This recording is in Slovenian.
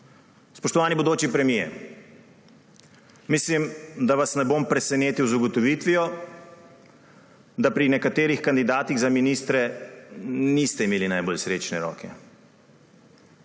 Spoštovani bodoči premier, mislim, da vas ne bom presenetil z ugotovitvijo, da pri nekaterih kandidatih za ministre niste imeli najbolj srečne roke,